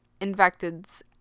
infected's